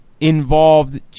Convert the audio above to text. involved